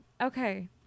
Okay